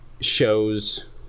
Shows